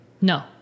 No